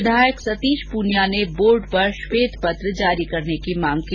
विधायक सतीश पूनिया ने बोर्ड पर श्वेत पत्र जारी करने की मांग की